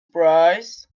bruise